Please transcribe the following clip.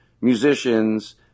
musicians